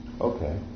Okay